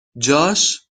جاش